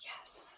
yes